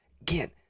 Again